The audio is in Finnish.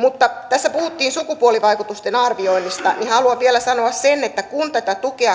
kun tässä puhuttiin sukupuolivaikutusten arvioinnista niin haluan vielä sanoa sen että kun tätä tukea